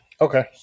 Okay